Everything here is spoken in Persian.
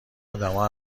آدما